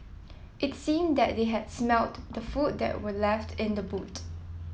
it seemed that they had smelt the food that were left in the boot